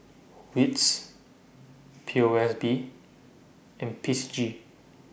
WITS P O S B and P C G